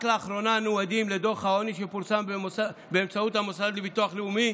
רק לאחרונה אנו עדים לדוח העוני שפורסם באמצעות המוסד לביטוח לאומי